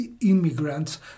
immigrants